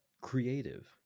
creative